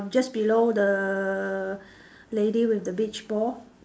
just below the lady with the beach ball